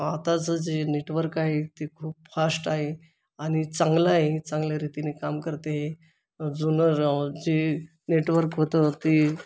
आत्ताचं जे नेटवर्क आहे ते खूप फाष्ट आहे आणि चांगलं आहे चांगल्या रीतीने काम करते हे जुनं जे नेटवर्क होतं ते